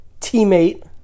teammate